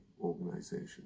organization